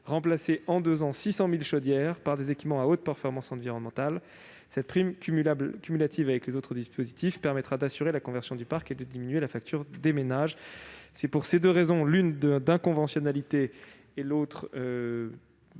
remplacer en deux ans 600 000 chaudières par des équipements à haute performance environnementale. Cette prime cumulative avec les autres dispositifs permettra d'assurer la conversion du parc et de diminuer la facture des ménages. Pour des raisons d'inconventionnalité et parce que cela ne lui